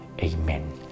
Amen